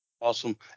Awesome